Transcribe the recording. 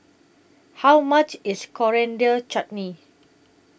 How much IS Coriander Chutney